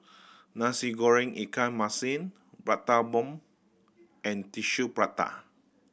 Nasi Goreng ikan masin Prata Bomb and Tissue Prata